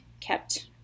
kept